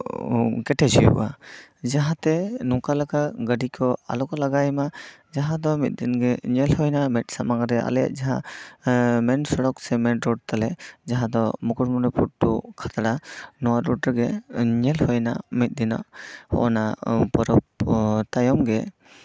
ᱠᱮᱴᱮᱡᱽ ᱦᱩᱭᱩᱜᱼᱟ ᱡᱟᱦᱟᱸᱛᱮ ᱱᱚᱝᱠᱟ ᱞᱮᱠᱟ ᱜᱟᱹᱰᱤ ᱠᱚ ᱟᱞᱚ ᱠᱚ ᱞᱟᱜᱟᱭ ᱢᱟ ᱡᱟᱦᱟᱸ ᱫᱚ ᱢᱤᱫ ᱫᱤᱱᱜᱮ ᱧᱮᱞ ᱦᱩᱭ ᱱᱟ ᱢᱮᱫ ᱥᱟᱢᱟᱝ ᱨᱮ ᱟᱞᱮᱭᱟᱜ ᱡᱟᱦᱟᱸ ᱢᱮᱱ ᱥᱚᱲᱚᱠ ᱥᱮ ᱢᱮᱱ ᱨᱳᱰ ᱛᱟᱞᱮ ᱡᱟᱦᱟᱸ ᱫᱚ ᱢᱩᱠᱩᱴᱢᱚᱱᱤᱯᱩᱨ ᱴᱩ ᱠᱷᱟᱛᱲᱟ ᱱᱚᱣᱟ ᱨᱳᱰ ᱨᱮᱜᱮ ᱧᱮᱞ ᱦᱩᱭᱱᱟ ᱢᱤᱫ ᱫᱤᱱᱚᱜ ᱚᱱᱟ ᱯᱚᱨᱚᱵᱽ ᱛᱟᱭᱚᱢ ᱜᱮ